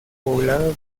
poblada